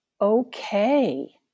okay